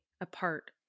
apart